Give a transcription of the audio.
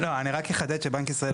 אני רק אחדד שבנק ישראל,